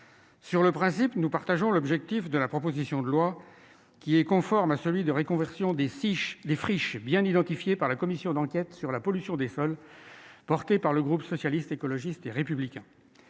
Sur le principe, nous partageons l'objectif de la proposition de loi, qui s'inscrit dans le principe de reconversion des friches, bien identifié par la commission d'enquête sur la pollution des sols, portée par le groupe Socialiste, Écologiste et Républicain